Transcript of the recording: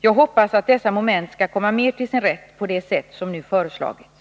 Jag hoppas att dessa moment skall komma mer till sin rätt på det sätt som nu föreslagits.